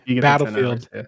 Battlefield